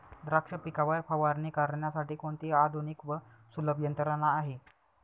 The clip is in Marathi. द्राक्ष पिकावर फवारणी करण्यासाठी कोणती आधुनिक व सुलभ यंत्रणा आहे?